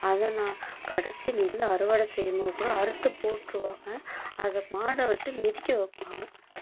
அதை நான் கடைசி நெல் அறுவடை செய்யும்போது கூட அறுத்து போட்ட் ருவாங்க அதை மாடை விட்டு மிதிக்க வைப்பாங்க